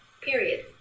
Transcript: Period